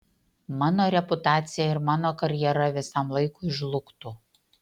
mano reputacija ir mano karjera visam laikui žlugtų